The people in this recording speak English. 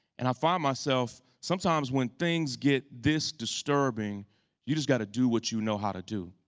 and i find myself sometimes when things get this disturbing you just got to do what you know how to do.